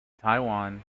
taiwan